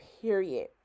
period